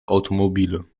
automobile